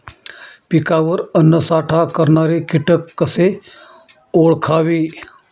पिकावर अन्नसाठा करणारे किटक कसे ओळखावे?